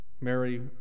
Mary